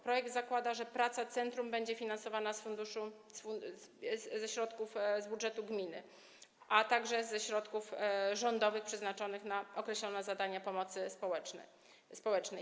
Projekt zakłada, że praca centrum będzie finansowana ze środków z budżetu gminy, a także ze środków rządowych przeznaczonych na określone zadania z zakresu pomocy społecznej.